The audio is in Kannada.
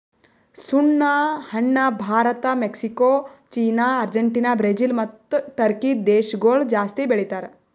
ಸುಣ್ಣ ಹಣ್ಣ Bharat, Mexico, China, Argentina, Brazil ಮತ್ತ ಟರ್ಕಿ ದೇಶಗೊಳ್ ಜಾಸ್ತಿ ಬೆಳಿತಾರ್